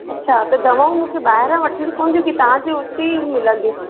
अच्छा त दवाऊं मूंखे ॿाहिरां वठिणी पवंदी की तव्हांजी हुतेई मिलंदियूं